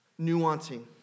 nuancing